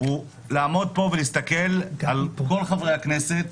והכאב הוא לעמוד ולהסתכל על כל חברי הכנסת,